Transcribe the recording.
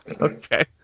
Okay